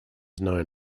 known